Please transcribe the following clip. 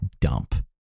dump